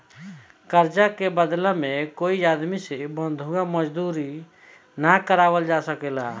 कर्जा के बदला में कोई आदमी से बंधुआ मजदूरी ना करावल जा सकेला